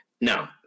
Now